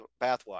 bathwater